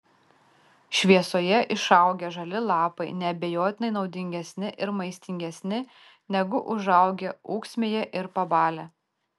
šviesoje išaugę žali lapai neabejotinai naudingesni ir maistingesni negu užaugę ūksmėje ir pabalę